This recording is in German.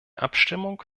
abstimmung